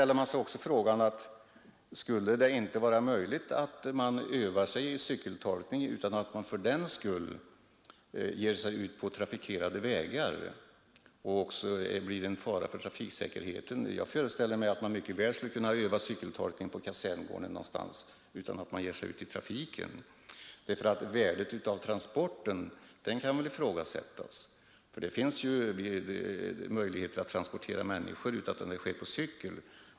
Jag frågar också om det inte skulle kunna vara möjligt att öva de värnpliktiga i cykeltolkning utan att fördenskull ge sig ut på trafikerade vägar, där man också blir en fara för den övriga trafiken. Jag föreställer mig att man mycket väl skulle kunna öva cykeltolkning på kaserngården eller liknande och utan att ge sig ut i trafiken. Värdet av själva transporterna vid tolkning kan väl också ifrågasättas. Det finns ju möjligheter att transportera människor på annat sätt än med cykel.